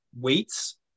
weights